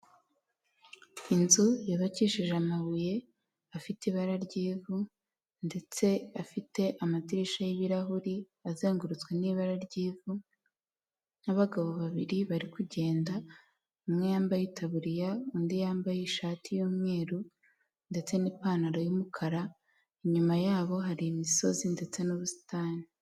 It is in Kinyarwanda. Inzu yubakishe amabuye, afite ibara ry'ivu, ndetse afite amadirishya y'ibirahuri azengurutswe n'ibara ry'ivu n'abagabo babiri bari kugenda, umwe yambaye itaburiya, undi yambaye ishati y'umweru ndetse n'ipantaro y'umukara, inyuma yabo hari imisozi ndetse n'ubusitani.